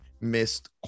missed